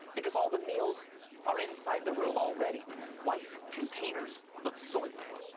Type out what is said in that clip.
because all the meals are inside the room already white containers of soylent.